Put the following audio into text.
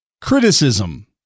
Criticism